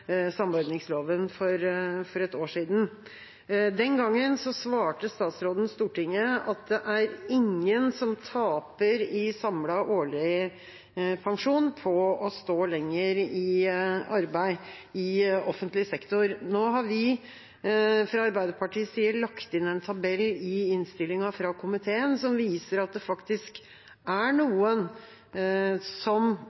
er ingen som taper i samlet årlig pensjon på å stå lenger i arbeid i offentlig sektor. Nå har vi, fra Arbeiderpartiets side, lagt inn en tabell i innstillingen fra komiteen som viser at det faktisk er